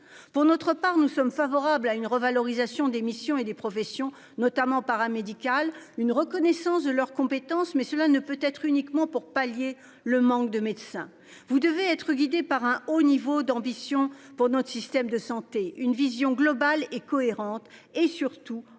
Pour notre part nous sommes favorables à une revalorisation des missions et des professions notamment paramédical une reconnaissance de leurs compétences mais cela ne peut être uniquement pour pallier le manque de médecins, vous devez être guidé par un haut niveau d'ambition pour notre système de santé, une vision globale et cohérente et surtout anticiper